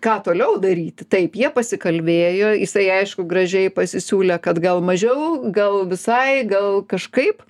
ką toliau daryti taip jie pasikalbėjo jisai aišku gražiai pasisiūlė kad gal mažiau gal visai gal kažkaip